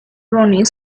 ronnie